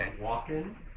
Walk-ins